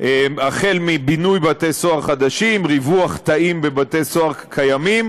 החל מבינוי בתי-סוהר חדשים וריווח תאים בבתי-סוהר קיימים